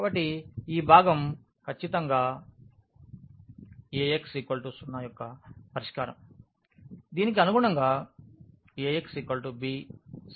కాబట్టి ఈ భాగం ఖచ్చితంగా Ax0 యొక్క పరిష్కారం దీనికి అనుగుణంగా Ax b సమీకరణానికి సమానం